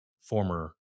former